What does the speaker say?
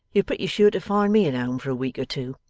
you're pretty sure to find me at home, for a week or two.